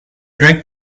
drank